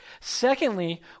Secondly